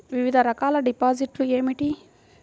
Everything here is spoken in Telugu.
వివిధ రకాల డిపాజిట్లు ఏమిటీ?